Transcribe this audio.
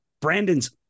Brandon's